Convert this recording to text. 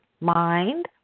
mind